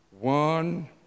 One